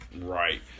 Right